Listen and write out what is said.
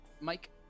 Mike